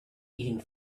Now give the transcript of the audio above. eating